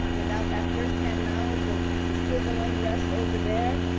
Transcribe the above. without that firsthand knowledge of the civil unrest over there.